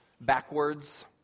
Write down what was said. backwards